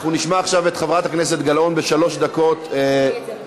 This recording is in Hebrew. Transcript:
נשמע עכשיו את חברת הכנסת גלאון בשלוש דקות בדיוק,